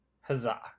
Huzzah